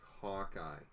Hawkeye